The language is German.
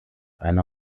einer